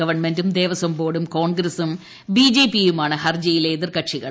ഗവൺമെന്റും ദേവസ്വം ബോർഡും കോൺഗ്രസ്കൂം ബി ജെ പിയുമാണ് ഹർജിയിലെ എതിർ കക്ഷികൾ